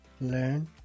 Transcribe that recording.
learn